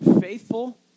Faithful